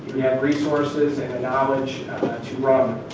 resources and the knowledge to run.